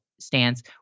stance